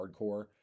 hardcore